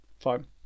fine